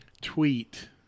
tweet